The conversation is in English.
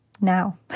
now